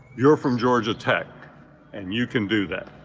you're from georgia tech and you can do that.